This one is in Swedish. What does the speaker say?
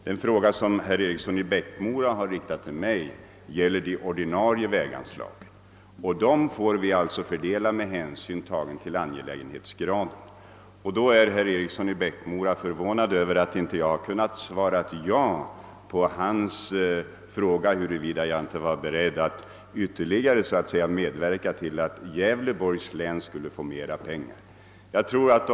Den fråga som herr Eriksson i Bäckmora ställt till mig gäller de ordinarie väganslagen, och dem får vi fördela med hänsyn till angelägenhetsgraden. Herr Eriksson i Bäckmora var förvånad över att jag inte kunde svara ja på hans fråga om jag var beredd att medverka till att Gävleborgs län skulle få mer pengar för vägbyggande.